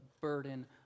burden